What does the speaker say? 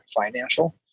financial